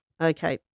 Okay